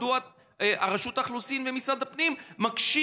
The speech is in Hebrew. מדוע רשות האוכלוסין ומשרד הפנים מקשים